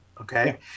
Okay